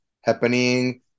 happening